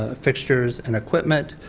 ah fixtures and equipment,